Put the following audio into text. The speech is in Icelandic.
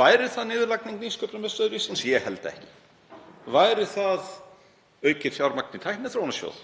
Væri það niðurlagning Nýsköpunarmiðstöðvar? Ég held ekki. Væri það aukið fjármagn í Tækniþróunarsjóð?